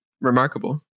remarkable